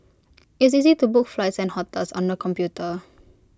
IT is easy to book flights and hotels on the computer